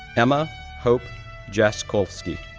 emma hope jaskolski,